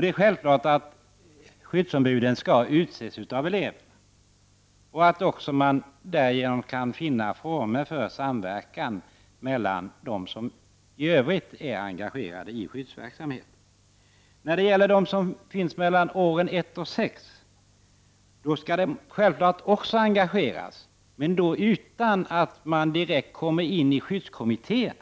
Det är självklart att skyddsombuden skall utses av eleverna och att man finner former för samverkan med övriga som är engagerade i skyddsverksamheten. Eleverna i årskurserna 1-6 skall självfallet också engageras i arbetet men utan att direkt tillhöra skyddskommittéerna.